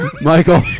Michael